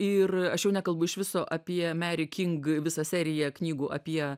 ir aš jau nekalbu iš viso apie meri king visą seriją knygų apie